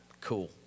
cool